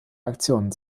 aktionen